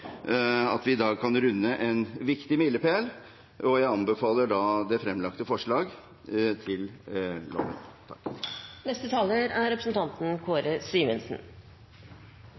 at vi i dag kan runde en viktig milepæl, og jeg anbefaler det fremlagte forslag til